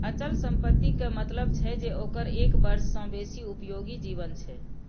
अचल संपत्ति के मतलब छै जे ओकर एक वर्ष सं बेसी उपयोगी जीवन छै